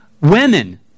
women